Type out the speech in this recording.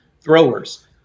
throwers